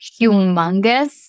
humongous